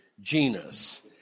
genus